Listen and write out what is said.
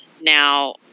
now